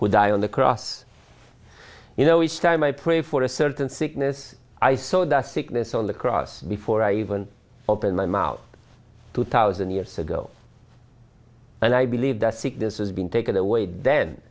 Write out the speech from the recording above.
who died on the cross you know each time i pray for a certain sickness i saw the sickness on the cross before i even opened my mouth two thousand years ago and i believe that sickness has been taken away then